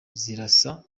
ziraza